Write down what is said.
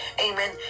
amen